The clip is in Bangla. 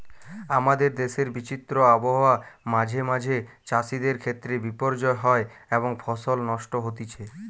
আমাদের দেশের বিচিত্র আবহাওয়া মাঁঝে মাঝে চাষিদের ক্ষেত্রে বিপর্যয় হয় এবং ফসল নষ্ট হতিছে